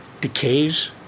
decays